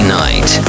night